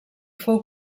fou